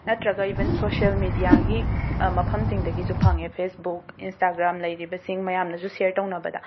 ꯅꯠꯇ꯭ꯔꯒ ꯏꯕꯟ ꯁꯣꯁ꯭ꯌꯦꯜ ꯃꯤꯗ꯭ꯌꯥꯒꯤ ꯃꯐꯝꯁꯤꯡꯗꯒꯤꯁꯨ ꯐꯪꯉꯦ ꯐꯦꯁꯕꯨꯛ ꯏꯟꯁ꯭ꯇꯥꯒ꯭ꯔꯥꯝ ꯂꯩꯔꯤꯕꯁꯤꯡ ꯃꯌꯥꯝꯅꯁꯨ ꯁꯦꯔ ꯇꯧꯅꯕꯗ